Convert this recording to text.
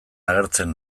agertzen